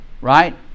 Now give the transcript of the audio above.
right